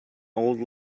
old